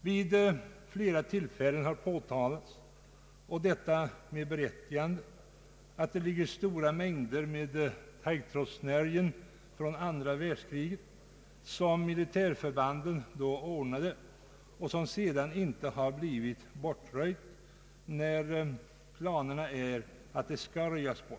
Vid flera tillfällen har det med berättigande påpekats att det i markerna ligger stora mängder taggtrådssnärjen från andra världskriget som militärförbanden då lade ut och som sedan inte har blivit bortröjda, trots att planerna har gått ut på att så skall ske.